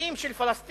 נישואין של פלסטינים